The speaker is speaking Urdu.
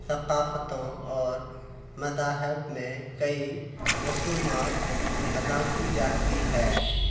ثقافتوں اور مذاہب میں کئی رسومات ادا کی جاتی ہے